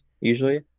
usually